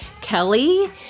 Kelly